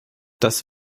das